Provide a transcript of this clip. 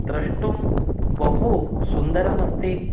द्रष्टुं बहुसुन्दरम् अस्ति